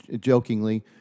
Jokingly